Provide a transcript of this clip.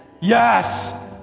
Yes